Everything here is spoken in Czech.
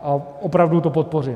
A opravdu to podpořím.